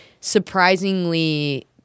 surprisingly